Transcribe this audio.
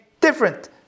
different